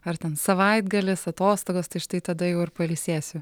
ar ten savaitgalis atostogos tai štai tada jau ir pailsėsiu